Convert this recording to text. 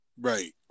Right